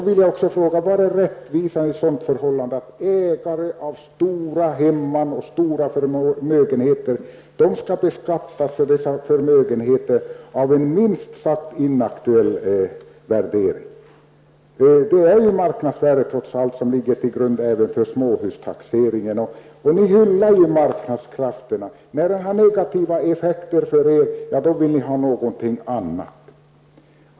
Var är rättvisan i att ägare av stora hemman och stora förmögenheter skall beskattas enligt en minst sagt inaktuell värdering? Det är trots allt marknadsvärdet som ligger till grund även för småhustaxeringen. Ni hyllar ju marknadskrafterna. Men blir det negativa effekter för er vill ni ha något annat.